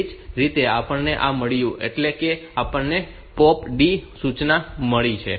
તેવી જ રીતે આપણને આ મળ્યું છે એટલે કે આપણને આ POP D સૂચના મળી છે